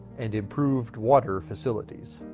and improved water facilities.